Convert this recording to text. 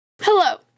Hello